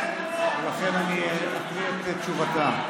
ולכן אני אקריא את תשובתה.